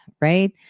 right